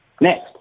Next